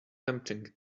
tempting